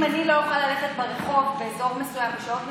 אם אני לא אוכל ללכת ברחוב באזור מסוים בשעות מסוימות,